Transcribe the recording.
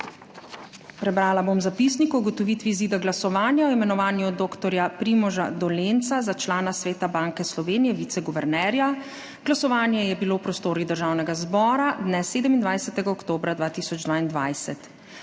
Prebrala bom zapisnik o ugotovitvi izida glasovanja o imenovanju dr. Primoža Dolenca za člana Sveta Banke Slovenije - viceguvernerja. Glasovanje je bilo v prostorih Državnega zbora dne 27. oktobra 2022.